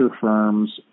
firms